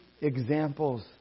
examples